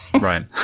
Right